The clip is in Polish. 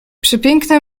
przepiękna